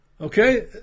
Okay